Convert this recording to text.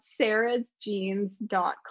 sarahsjeans.com